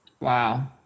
Wow